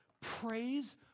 praise